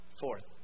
Fourth